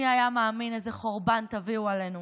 מי היה מאמין איזה חורבן תביאו עלינו.